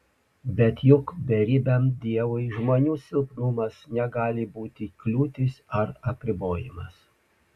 bet juk beribiam dievui žmonių silpnumas negali būti kliūtis ar apribojimas